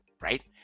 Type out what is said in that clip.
Right